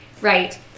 Right